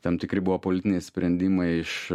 tam tikri buvo politiniai sprendimai iš